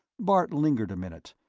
bart lingered a minute,